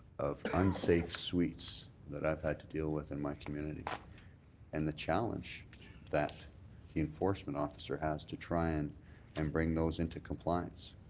unsafe suites that i've had to deal with in my community and the challenge that enforcement officer has to try and and bring those into compliance.